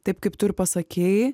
taip kaip tu ir pasakei